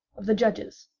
of the judges,